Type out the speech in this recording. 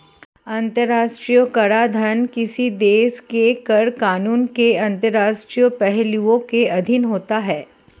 अंतर्राष्ट्रीय कराधान किसी देश के कर कानूनों के अंतर्राष्ट्रीय पहलुओं के अधीन होता है